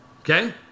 okay